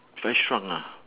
try shrunk ah